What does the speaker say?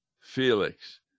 Felix